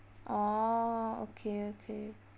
orh okay okay